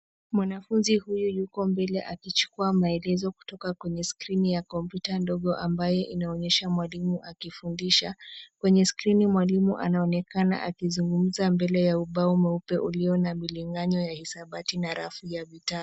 Mwanafunzi huyu yuko mbele akichukua maelezo kutoka kwenye skrini ya kompyuta ndogo ambayo inaonyesha mwalimu akifundisha. Kwenye skrini mwalimu anaonekana akizungumza mbele ya ubao mweupe ulio na milinganyo wa hisabati na rafu ya vitabu.